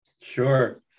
Sure